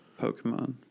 Pokemon